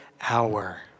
hour